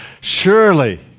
Surely